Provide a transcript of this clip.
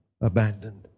abandoned